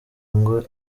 ngo